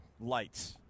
lights